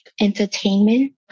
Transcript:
entertainment